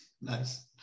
Nice